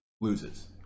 loses